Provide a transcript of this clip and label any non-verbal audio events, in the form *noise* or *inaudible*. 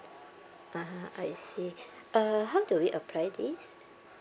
ah I see *breath* uh how do we apply this